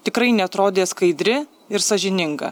tikrai neatrodė skaidri ir sąžininga